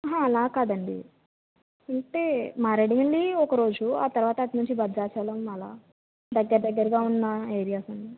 అహ అలా కాదండి ఇంతే మారేడిమిల్లి ఒకరోజు ఆ తరువాత అటునుంచి భద్రాచలం అలా దగ్గర దగ్గరగా ఉన్న ఏరియాస్ అన్నీ